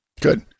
Good